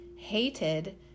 hated